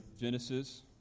Genesis